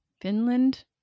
Finland